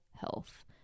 health